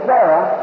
Sarah